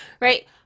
right